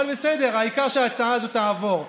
אבל בסדר, העיקר שההצעה הזאת תעבור.